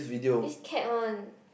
this cat one